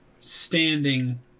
standing